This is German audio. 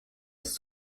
ist